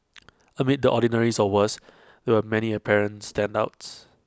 amid the ordinariness or worse there were many apparent standouts